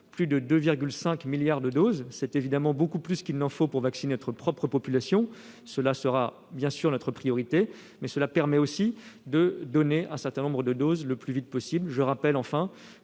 plus de 2,5 milliards de doses. C'est évidemment beaucoup plus qu'il n'en faut pour vacciner notre propre population, ce qui est bien sûr notre priorité, mais cela permet aussi de donner un certain nombre de doses le plus vite possible. Enfin,